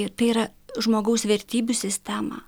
tai yra žmogaus vertybių sistemą